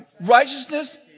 Righteousness